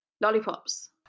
lollipops